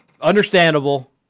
understandable